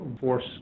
force